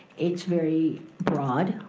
it's very broad,